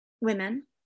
Women